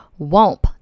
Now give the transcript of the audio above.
Womp